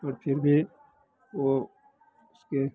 पर फिर भी वो उसके